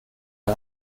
ein